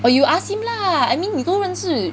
or you ask him lah I mean 你都认识